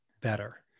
better